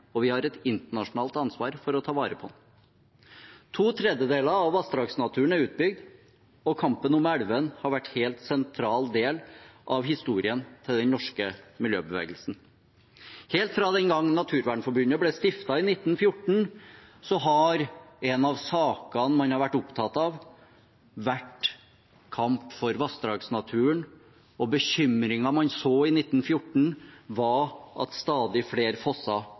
og vi har et internasjonalt ansvar for å ta vare på den. To tredjedeler av vassdragsnaturen er utbygd, og kampen om elvene har vært en helt sentral del av historien til den norske miljøbevegelsen. Helt fra den gangen Naturvernforbundet ble stiftet i 1914, har en av sakene man har vært opptatt av, vært kampen for vassdragsnaturen, og bekymringen man hadde i 1914, var at stadig